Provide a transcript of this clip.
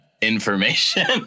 information